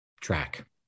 track